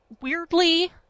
Weirdly